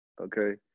Okay